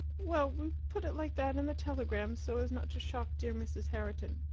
well, we put it like that in the telegram so as not to shock dear mrs. herriton.